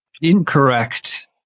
incorrect